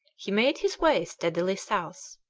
he made his way steadily south.